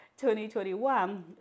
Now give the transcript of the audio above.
2021